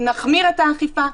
נחמיר את האכיפה,